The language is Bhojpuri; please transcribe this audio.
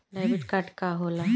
डेबिट कार्ड का होला?